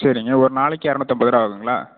சரிங்க ஒரு நாளைக்கு இரநூத்து ஐம்பதுருவா ஆவுதுங்களா